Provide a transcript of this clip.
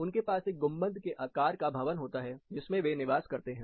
उनके पास एक गुंबद के अकार का भवन होता है जिसमें वे निवास करते हैं